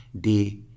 day